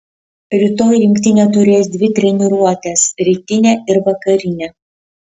rytoj rinktinė turės dvi treniruotes rytinę ir vakarinę